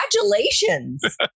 congratulations